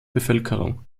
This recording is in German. bevölkerung